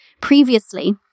previously